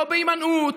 לא בהימנעות,